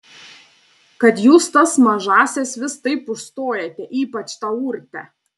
kad jūs tas mažąsias vis taip užstojate ypač tą urtę